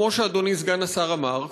כמו שאדוני סגן השר אמר,